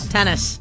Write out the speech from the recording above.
Tennis